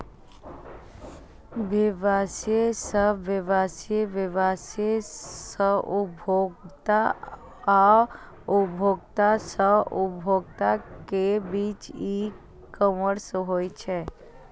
व्यवसाय सं व्यवसाय, व्यवसाय सं उपभोक्ता आ उपभोक्ता सं उपभोक्ता के बीच ई कॉमर्स होइ छै